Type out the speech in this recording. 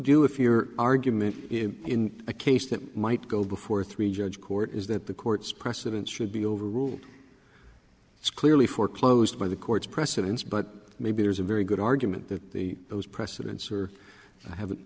do if your argument in a case that might go before a three judge court is that the court's precedents should be overruled it's clearly foreclosed by the court's precedents but maybe there's a very good argument that those precedents or have